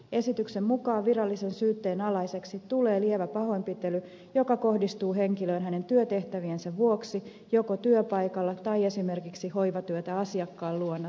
esityksen mukaan virallisen syytteen alaiseksi tulee lievä pahoinpitely joka kohdistuu henkilöön hänen työtehtäviensä vuoksi joko työpaikalla tai esimerkiksi hoivatyötä asiakkaan luona tehtäessä